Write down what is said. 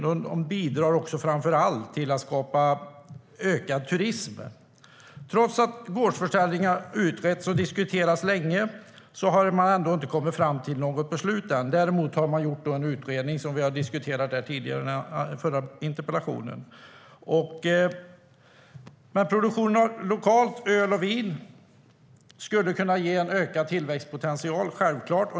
De bidrar framför allt till att skapa ökad turism. Trots att gårdsförsäljning har utretts och diskuterats länge har man inte kommit fram till något beslut än. Däremot har man gjort en utredning, som diskuterades i den förra interpellationsdebatten. Lokal produktion av öl och vin skulle kunna ge en ökad tillväxtpotential - självklart.